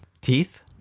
Teeth